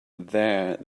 there